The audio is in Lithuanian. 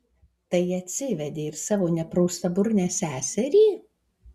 tai atsivedei ir savo nepraustaburnę seserį